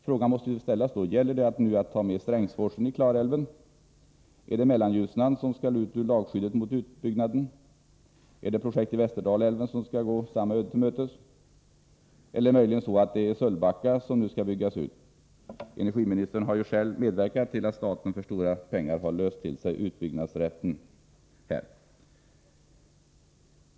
Man måste fråga: Gäller det att nu ta med Strängsforsen i Klarälven? Är det Mellanljusnan som skall ut ur lagskyddet mot utbyggnad? Är det projekt i Västerdalälven som skall gå samma öde till mötes, eller är det möjligen Sölvbacka som nu skall byggas ut? Energiministern har själv medverkat till att staten för stora pengar har löst till sig utbyggnadsrätten.